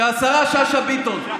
שהשרה שאשא ביטון,